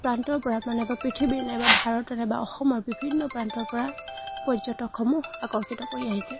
প্ৰান্তৰ পৰা বা নাইবা পৃথিৱীৰ নাইবা ভাৰত নাইবা অসমৰ বিভিন্ন প্ৰান্তৰ পৰা পৰ্যটকসমূহ আকৰ্ষিত কৰি আহিছে